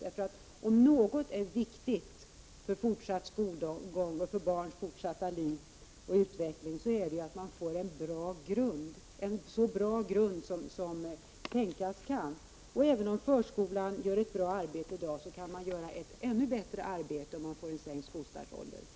Om det är någonting som är viktigt för barns fortsatta skolgång och fortsatta liv och utveckling, så är det att man får en så bra grund som tänkas kan. Även om förskolan gör ett bra arbete i dag, så kunde den göra ett ännu bättre arbete om man fick en sänkt skolstartsålder.